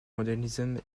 modernism